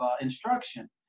instruction